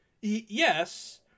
yes